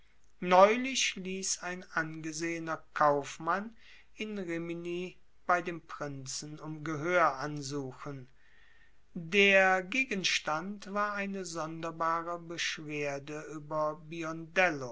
neulich ließ ein angesehener kaufmann aus rimini bei dem prinzen um gehör ansuchen der gegenstand war eine sonderbare beschwerde über